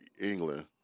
England